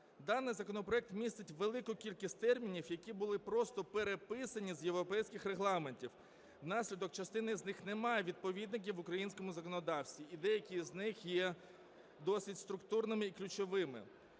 Даний законопроект містить велику кількість термінів, які були просто переписані з європейських регламентів. Внаслідок у частини з них немає відповідників в українському законодавстві і деякі з них є досить структурними і ключовими.